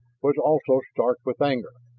was also stark with anger.